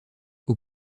aux